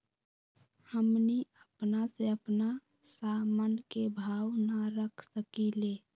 हमनी अपना से अपना सामन के भाव न रख सकींले?